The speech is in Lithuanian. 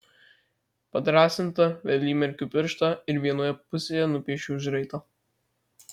padrąsinta vėl įmerkiu pirštą ir vienoje pusėje nupiešiu užraitą